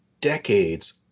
decades